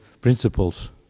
principles